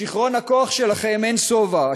לשיכרון הכוח שלכם אין שובע,